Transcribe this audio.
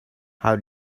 how